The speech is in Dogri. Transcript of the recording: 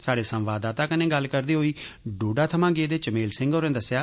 स्हाड़े संवाददाता कन्नै गल्ल करदे होई डोडा थमां गेदे चमैल सिंह होरें दस्सेआ